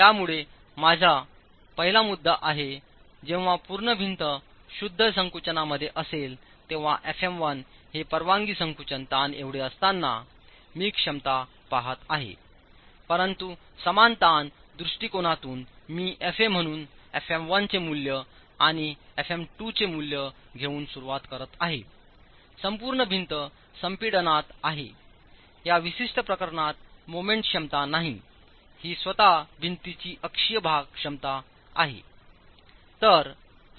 त्यामुळे माझ्या पहिला मुद्दा आहे जेव्हा पूर्ण भिंत शुद्ध संकुचना मध्ये असेल तेव्हा fm1 हे परवानगी संकुचित ताण एवढे असताना मी क्षमता पाहत आहे परंतु समान ताण दृष्टिकोनातून मी fa म्हणून fm1 चे मूल्य आणि fm2 चेमूल्य घेऊन सुरुवात करत आहेसंपूर्ण भिंत संपीडनात आहेया विशिष्ट प्रकरणात मोमेंट क्षमता नाही ही स्वतः भिंतीची अक्षीय भार क्षमता आहे